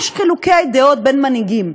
יש חילוקי דעות בין מנהיגים,